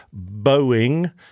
Boeing